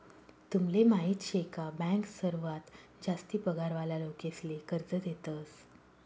तुमले माहीत शे का बँक सर्वात जास्ती पगार वाला लोकेसले कर्ज देतस